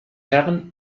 herren